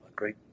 great